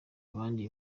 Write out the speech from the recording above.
abandi